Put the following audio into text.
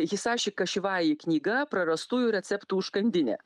hisaši kašivaji knyga prarastųjų receptų užkandinė